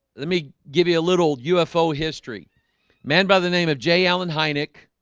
let me give you a little ufo history man by the name of j allen hynek